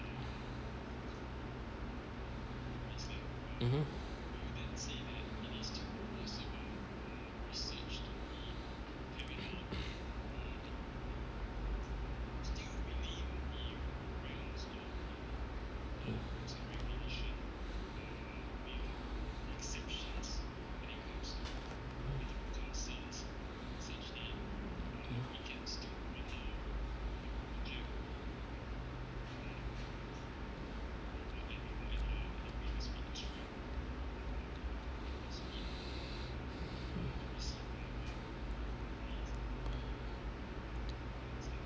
mmhmm